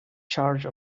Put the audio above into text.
charge